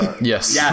yes